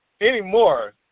Anymore